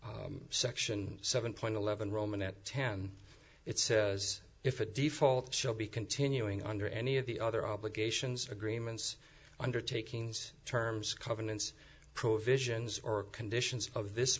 to section seven point eleven roman that ten it says if a default shall be continuing under any of the other obligations agreements undertakings terms covenants provisions or conditions of this